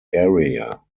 area